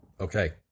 Okay